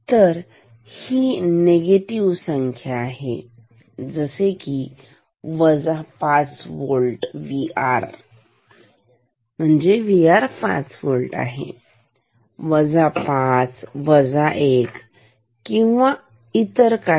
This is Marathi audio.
तर ही निगेटिव्ह संख्या आहे जसे की 5व्होल्ट Vr आहे 5 हे आहे 5 1किंवा अजून इतर काही